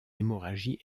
hémorragie